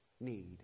need